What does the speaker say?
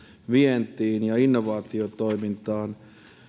vientiin ja innovaatiotoimintaan